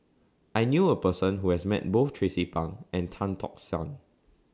I knew A Person Who has Met Both Tracie Pang and Tan Tock San